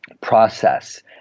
process